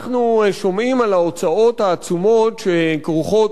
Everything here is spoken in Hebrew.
אנחנו שומעים על ההוצאות העצומות שכרוכות